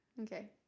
Okay